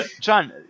John